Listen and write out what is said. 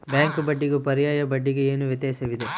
Bank ಬಡ್ಡಿಗೂ ಪರ್ಯಾಯ ಬಡ್ಡಿಗೆ ಏನು ವ್ಯತ್ಯಾಸವಿದೆ?